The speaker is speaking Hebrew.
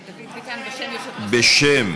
בשם,